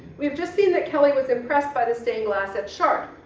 we've just seen that kelly was impressed by the stained glass at chartres,